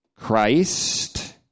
Christ